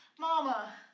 Mama